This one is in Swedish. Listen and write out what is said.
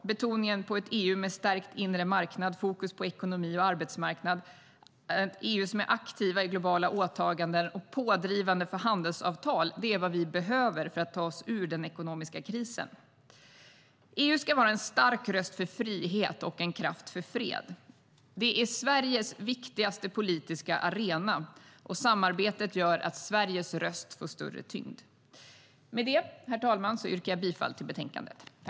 Betoningen på ett EU med stärkt inre marknad, med fokus på ekonomi och arbetsmarknad, ett aktivt EU med globala åtaganden och som är pådrivande för handelsavtal är vad vi behöver för att ta oss ur den ekonomiska krisen. Med det, herr talman, yrkar jag bifall till förslaget i betänkandet.